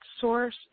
Source